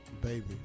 baby